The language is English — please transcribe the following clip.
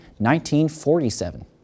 1947